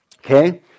Okay